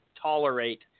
tolerate